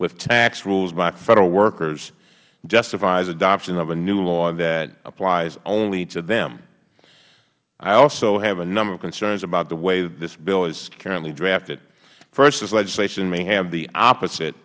by federal workers justifies adoption of a new law that applies only to them i also have a number of concerns about the way that this bill is currently drafted first this legislation may have the opposite